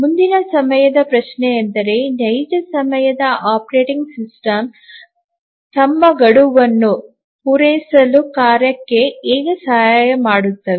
ಮುಂದಿನ ಪ್ರಶ್ನೆಯೆಂದರೆ ನೈಜ ಸಮಯದ ಆಪರೇಟಿಂಗ್ ಸಿಸ್ಟಮ್ ತಮ್ಮ ಗಡುವನ್ನು ಪೂರೈಸಲು ಕಾರ್ಯಕ್ಕೆ ಹೇಗೆ ಸಹಾಯ ಮಾಡುತ್ತದೆ